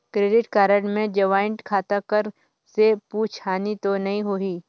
Credit card मे joint खाता कर से कुछ हानि तो नइ होही?